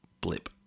blip